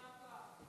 יישר כוח.